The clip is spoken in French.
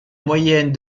moyenne